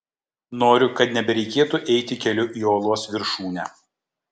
noriu kad nebereikėtų eiti keliu į uolos viršūnę